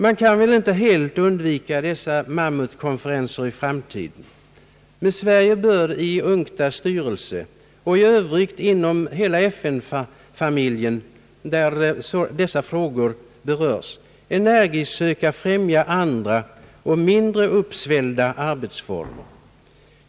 Man kan väl inte helt undvika sådana mammutkonferenser i framtiden, men Sverige bör i UNCTAD:s styrelse och i övrigt inom hela »FN-familjen» — där dessa frågor berörs — energiskt söka främja andra och mindre uppsvällda arbetsformer.